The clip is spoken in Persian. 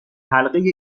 حلقه